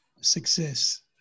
success